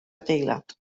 adeilad